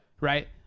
Right